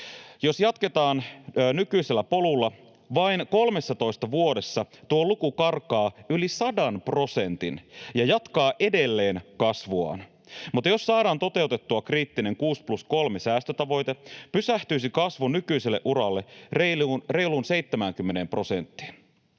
Jos jatketaan nykyisellä polulla, vain 13 vuodessa tuo luku karkaa yli 100 prosentin ja jatkaa edelleen kasvuaan. Mutta jos saadaan toteutettua kriittinen 6+3-säästötavoite, pysähtyisi kasvu nykyiselle uralle, reiluun 70 prosenttiin.